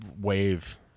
wave